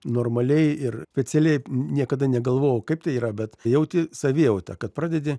normaliai ir specialiai niekada negalvojau kaip tai yra bet jauti savijautą kad pradedi